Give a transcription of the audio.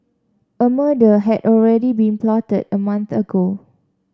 a murder had already been plotted a month ago